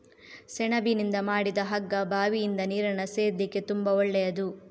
ಸೆಣಬಿನಿಂದ ಮಾಡಿದ ಹಗ್ಗ ಬಾವಿಯಿಂದ ನೀರನ್ನ ಸೇದ್ಲಿಕ್ಕೆ ತುಂಬಾ ಒಳ್ಳೆಯದು